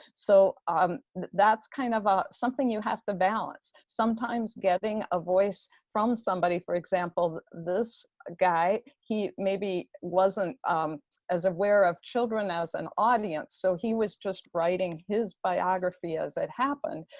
so ah um that's kind of something you have to balance. sometimes getting a voice from somebody, for example this guy, he maybe wasn't um as aware of children as an audience. so he was just writing his biography as it happened.